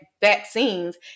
vaccines